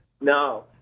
No